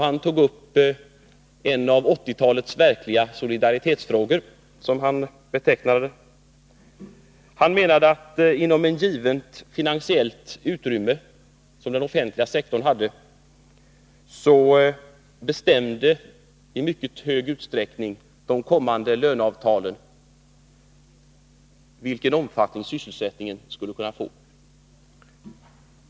Han tog där upp en av 1980-talets verkliga solidaritetsfrågor, som han betecknade den. Han menade att inom ett givet finansiellt utrymme som den offentliga sektorn hade att förfoga över bestämde i mycket hög grad de kommande löneavtalen vilken omfattning sysselsättningen skulle kunna få.